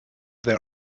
their